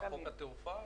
חוק התעופה?